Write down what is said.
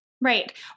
Right